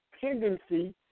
tendency